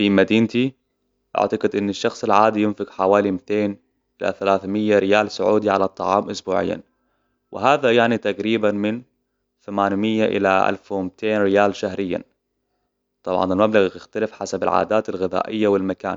في مدينتي، أعتقد أن الشخص العادي ينفق حوالي ميتين إلى ثلاث ميه ريال سعودي على الطعام إسبوعياً. وهذا يعني تقريباً من ثمان ميه إلى الف وميتين ريال شهرياً. طبعاً، المبلغ يختلف حسب العادات الغذائية والمكان.